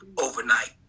overnight